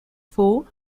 for